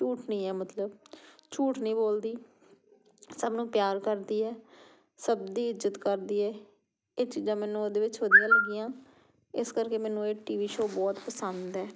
ਝੂਠ ਨਹੀਂ ਹੈ ਮਤਲਬ ਝੂਠ ਨਹੀਂ ਬੋਲਦੀ ਸਭ ਨੂੰ ਪਿਆਰ ਕਰਦੀ ਹੈ ਸਭ ਦੀ ਇੱਜ਼ਤ ਕਰਦੀ ਹੈ ਇਹ ਚੀਜ਼ਾਂ ਮੈਨੂੰ ਉਹਦੇ ਵਿੱਚ ਵਧੀਆ ਲੱਗੀਆਂ ਇਸ ਕਰਕੇ ਮੈਨੂੰ ਇਹ ਟੀ ਵੀ ਸ਼ੋ ਬਹੁਤ ਪਸੰਦ ਹੈ